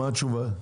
האוצר, מה התשובה?